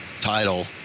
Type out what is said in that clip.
title